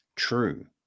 true